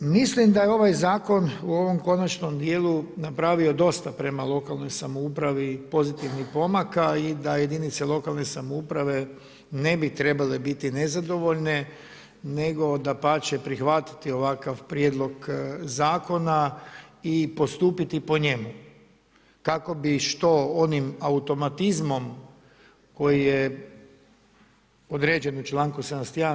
Mislim da je ovaj Zakon u ovom konačnom dijelu napravio dosta prema lokalnoj samoupravi pozitivnih pomaka i da jedinice lokalne samouprave ne bi trebale biti nezadovoljne, nego dapače, prihvatiti ovakav prijedlog Zakona i postupiti po njemu kako bi što onim automatizmom koji je određen u čl. 71.